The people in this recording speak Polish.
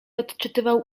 odczytywał